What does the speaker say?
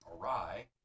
awry